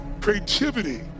Creativity